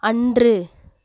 அன்று